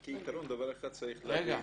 כעקרון דבר אחד צריך להבין,